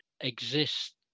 exist